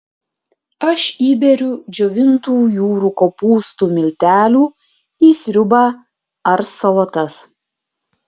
aš įberiu džiovintų jūrų kopūstų miltelių į sriubą ar salotas